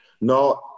No